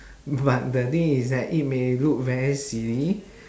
but the thing is that it may look very silly